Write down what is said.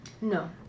No